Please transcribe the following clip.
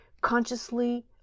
consciously